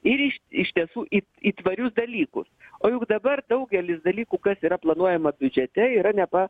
ir iš iš tiesų į į tvarius dalykus o juk dabar daugelis dalykų kas yra planuojama biudžete yra nepa